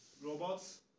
Robots